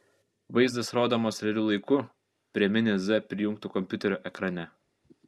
vaizdas rodomas realiu laiku prie mini z prijungto kompiuterio ekrane